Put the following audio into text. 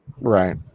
Right